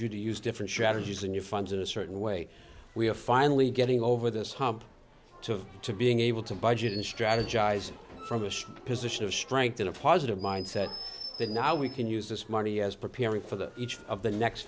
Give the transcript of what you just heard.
you to use different strategies and you funds in a certain way we are finally getting over this hump to to being able to budget in strategize from this position of strength in a positive mindset that now we can use this money as preparing for the each of the next